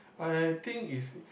I think is